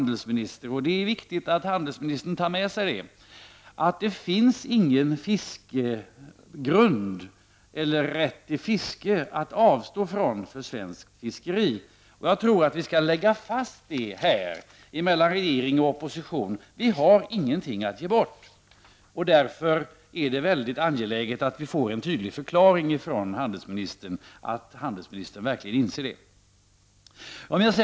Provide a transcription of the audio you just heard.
Det är viktigt att handelsministern noterar att det inte finns någon rätt till fiske att avstå ifrån för svenskt fiskeri. Jag tror att vi här mellan regering och opposition bör fastslå att vi inte har någonting att ge bort. Därför är det väldigt angeläget att vi får en tydlig förklaring från handelsministern att hon verkligen inser detta.